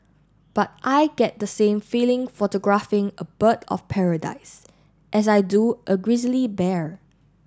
but I get the same feeling photographing a bird of paradise as I do a grizzly bear